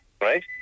right